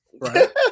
Right